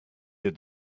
did